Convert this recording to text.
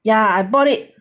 yeah I bought it